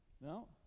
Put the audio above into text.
No